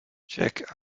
check